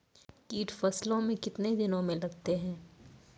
कीट फसलों मे कितने दिनों मे लगते हैं?